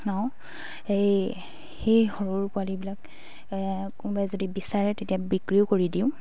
সেই সেই সৰু পোৱালিবিলাক কোনোবাই যদি বিচাৰে তেতিয়া বিক্ৰীও কৰি দিওঁ